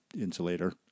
insulator